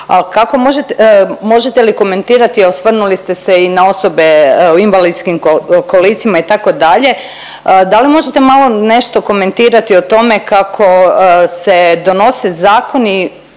Možete li komentirati, osvrnuli ste se i na osobe u invalidskim kolicima itd., da li možete malo nešto komentirati o tome kako se donose zakoni